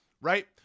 Right